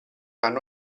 anno